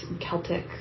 Celtic